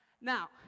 Now